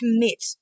commit